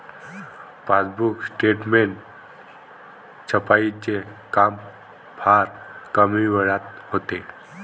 passbook statement छपाईचे काम फार कमी वेळात होते